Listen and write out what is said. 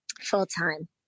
full-time